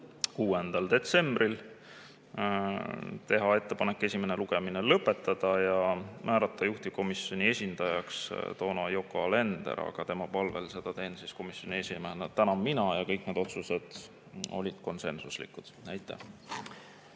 6. detsembriks, teha ettepanek esimene lugemine lõpetada ja määrata juhtivkomisjoni esindajaks Yoko Alender, aga tema palvel teen seda komisjoni esimehena täna mina. Kõik need otsused olid konsensuslikud. Aitäh!